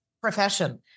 profession